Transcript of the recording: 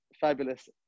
fabulous